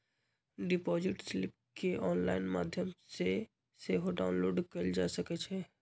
deposit slip केंऑनलाइन माध्यम से सेहो डाउनलोड कएल जा सकइ छइ